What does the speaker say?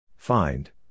Find